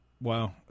wow